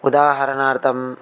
उदाहरणार्थम्